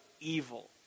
evil